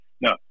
No